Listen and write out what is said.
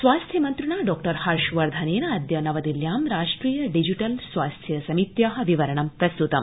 स्वास्थ्य मन्त्रिणा डॉ हर्षवर्धनेनाद्य नवशिल्ल्यां राष्ट्रिय डिजिटल स्वास्थ्य समित्या विवरणं प्रस्त्तम्